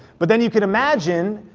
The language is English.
but then you can imagine,